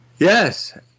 Yes